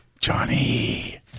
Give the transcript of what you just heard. Johnny